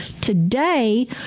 today